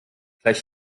gleich